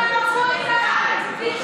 מחלק את כל המשרדים, עושה דברים